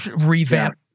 revamp